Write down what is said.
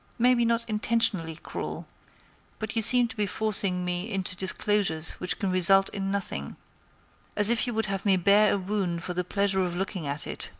maybe not intentionally cruel but you seem to be forcing me into disclosures which can result in nothing as if you would have me bare a wound for the pleasure of looking at it,